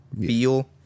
feel